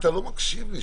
אתה לא מקשיב לי.